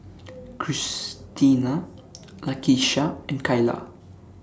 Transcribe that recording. Cristina Lakisha and Kyla